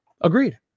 Agreed